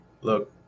Look